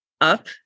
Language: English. up